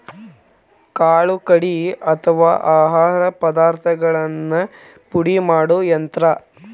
ಕಾಳು ಕಡಿ ಅಥವಾ ಆಹಾರ ಪದಾರ್ಥಗಳನ್ನ ಪುಡಿ ಮಾಡು ಯಂತ್ರ